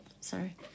Sorry